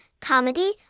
comedy